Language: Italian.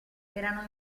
erano